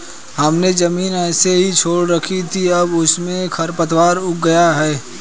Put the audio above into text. हमने ज़मीन ऐसे ही छोड़ रखी थी, अब उसमें खरपतवार उग गए हैं